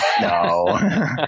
no